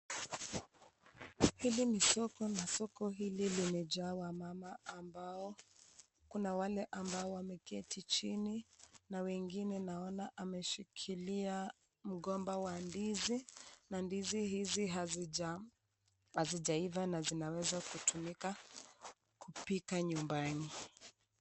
Hili ni soko na soko hili limejaa wamama ambao kuna wale ambao wameketi chini na wengine naona amshikilia mgomba wa ndizi na ndizi hizi hazijaiva na zinaweza kutumika kupika nyumbani.